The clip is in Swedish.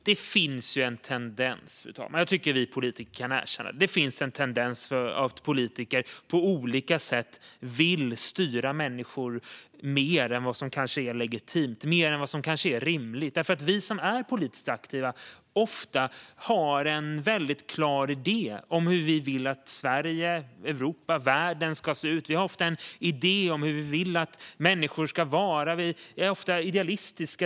Det finns en tendens hos oss politiker - jag tycker att vi kan erkänna det, fru talman - att vilja styra människor på olika sätt, kanske mer än vad som är legitimt och rimligt, eftersom vi som är politiskt aktiva ofta har en väldigt klar idé om hur vi vill att Sverige, Europa och världen ska se ut. Vi har ofta en idé om hur vi vill att människor ska vara. Vi är ofta idealistiska.